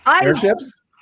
Airships